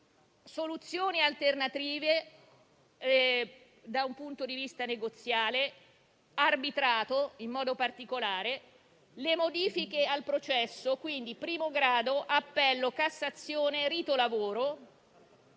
soluzioni alternative da un punto di vista negoziale e l'arbitrato, in particolare, nonché le modifiche al processo (quindi primo grado, appello, cassazione e rito del lavoro).